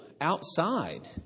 outside